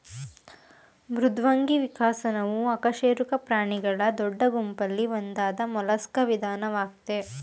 ಮೃದ್ವಂಗಿ ವಿಕಸನವು ಅಕಶೇರುಕ ಪ್ರಾಣಿಗಳ ದೊಡ್ಡ ಗುಂಪಲ್ಲಿ ಒಂದಾದ ಮೊಲಸ್ಕಾ ವಿಧಾನವಾಗಯ್ತೆ